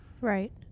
Right